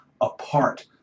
apart